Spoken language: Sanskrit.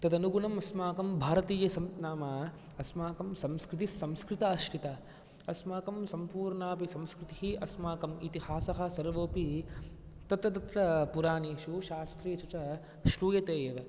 तदनुगुनम् अस्माकं भारतीय सम् नाम अस्माकं संस्कृतिस्संस्कृताश्रिता अस्माकं सम्पूर्णापि संस्कृतिः अस्माकम् इतिहासः सर्वोऽपि तत्र तत्र पुराणेषु शास्त्रेषु च श्रूयते एव